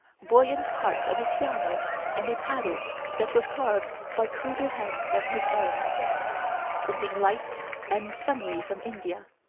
buoyant parts of a piano and a paddle that was carved by cruder hands than his own something light and summery from india,